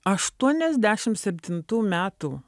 aštuoniasdešim septintų metų